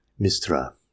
Mistra